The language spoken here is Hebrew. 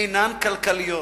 אינן כלכליות.